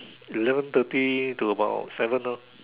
eleven thirty to about seven hor